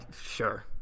sure